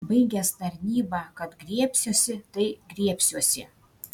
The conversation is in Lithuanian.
baigęs tarnybą kad griebsiuosi tai griebsiuosi